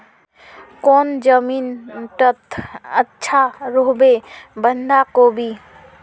कौन जमीन टत अच्छा रोहबे बंधाकोबी?